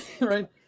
Right